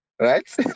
right